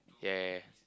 ya